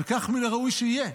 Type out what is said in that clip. וכך מן הראוי שיהיה.